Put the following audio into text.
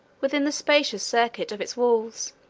within the spacious circuit of its walls.